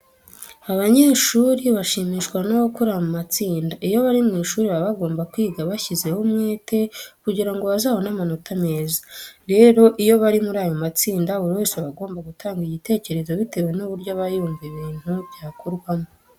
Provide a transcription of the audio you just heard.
Abanyeshuri bashimishwa no gukorera mu matsinda. Iyo bari mu ishuri baba bagomba kwiga bashyizeho umwete kugira ngo bazabone amanota meza. Rero iyo bari muri ayo matsinda, buri wese aba agomba gutanga igitekerezo bitewe n'uburyo aba yumva ibintu byakorwamo.